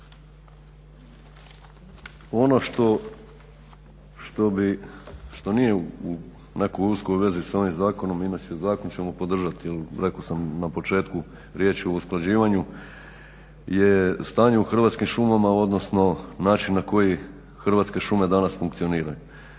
bi, što nije u nekoj uskoj vezi sa ovim zakonom, inače zakon ćemo podržati, jer rekao sam na početku riječ je o usklađivanju, jer stanje u Hrvatskim šumama, odnosno način na koji Hrvatske šume danas funkcioniraju.